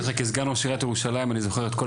כסגן ראש עיריית ירושלים אני זוכר את כל